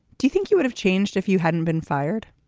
do you think you would have changed if you hadn't been fired?